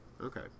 Okay